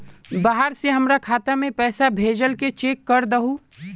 बाहर से हमरा खाता में पैसा भेजलके चेक कर दहु?